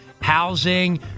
housing